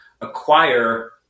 acquire